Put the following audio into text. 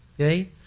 Okay